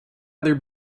other